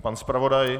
Pan zpravodaj?